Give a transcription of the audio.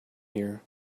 here